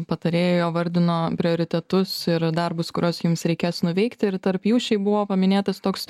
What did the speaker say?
patarėjo vardino prioritetus ir darbus kuriuos jums reikės nuveikti ir tarp jų šiaip buvo paminėtas toks